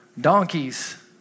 donkeys